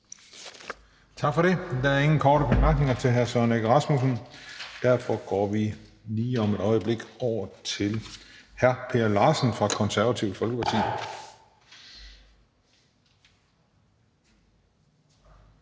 Tak for det. Der er ingen korte bemærkninger til hr. Søren Egge Rasmussen, så derfor går vi lige om et øjeblik over til hr. Per Larsen fra Det Konservative Folkeparti.